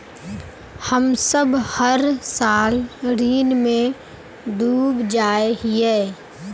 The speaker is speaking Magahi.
हम सब हर साल ऋण में डूब जाए हीये?